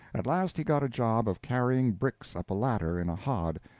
at last he got a job of carrying bricks up a ladder in a hod,